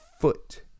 foot